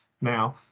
Now